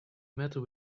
matter